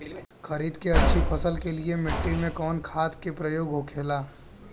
खरीद के अच्छी फसल के लिए मिट्टी में कवन खाद के प्रयोग होखेला?